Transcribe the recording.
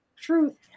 truth